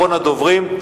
אחרון הדוברים,